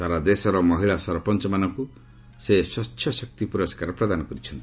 ସାରା ଦେଶର ମହିଳା ସରପଞ୍ଚମାନଙ୍କୁ ସେ ସ୍ୱଚ୍ଚ ଶକ୍ତି ପୁରସ୍କାର ପ୍ରଦାନ କରିଛନ୍ତି